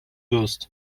wirst